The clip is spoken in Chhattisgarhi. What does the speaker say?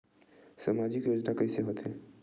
सामजिक योजना कइसे होथे?